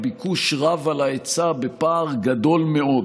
הביקוש רב על ההיצע בפער גדול מאוד.